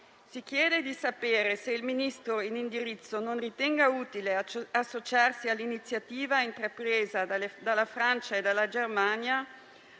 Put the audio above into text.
Si chiede di sapere se il Ministro in indirizzo non ritenga utile associarsi all'iniziativa intrapresa dalla Francia e dalla Germania